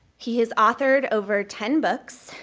he has authored over ten books,